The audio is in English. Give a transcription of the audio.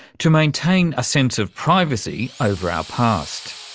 to maintain a sense of privacy over our past.